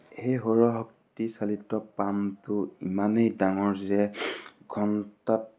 সেই সৌৰশক্তি চালিত পামটো ইমানেই ডাঙৰ যে ঘণ্টাত